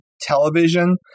television